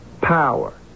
Power